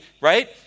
right